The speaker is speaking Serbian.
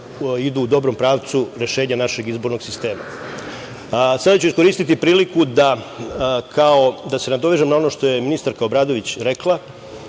idu u dobrom pravcu rešenja našeg izbornog sistema. Sada ću iskoristiti priliku da se nadovežem na ono što je ministarka Obradović rekla,